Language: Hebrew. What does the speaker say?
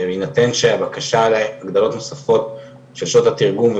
בהינתן הבקשה להגדלות נוספות של שעות התרגום,